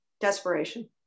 desperation